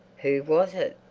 who was it?